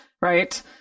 right